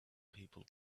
people